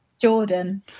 jordan